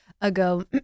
ago